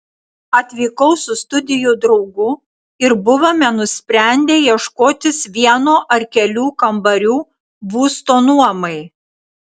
atvykau su studijų draugu ir buvome nusprendę ieškotis vieno ar kelių kambarių būsto nuomai